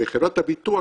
וחברת הביטוח